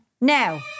now